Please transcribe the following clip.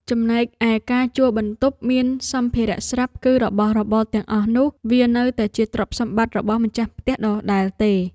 ចំណែកឯការជួលបន្ទប់មានសម្ភារៈស្រាប់ គឺរបស់របរទាំងអស់នោះវានៅតែជាទ្រព្យសម្បត្តិរបស់ម្ចាស់ផ្ទះដដែលទេ។